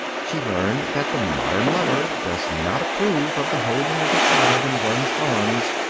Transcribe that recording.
she learned that the modern mother does not approve of the holding of a child in one's arms,